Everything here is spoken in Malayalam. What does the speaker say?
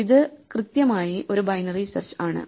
ഇത് കൃത്യമായി ഒരു ബൈനറി സെർച്ച് ആണ്